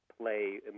play